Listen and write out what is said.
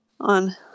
on